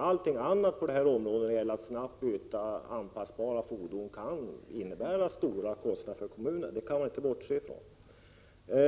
Allting som innebär att man måste snabbt byta ut anpassbara fordon kan medföra stora kostnader för kommunerna.